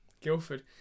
Guildford